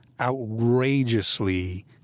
Outrageously